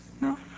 No